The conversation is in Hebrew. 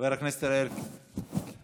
חבר הכנסת אריאל קלנר,